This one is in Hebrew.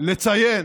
לציין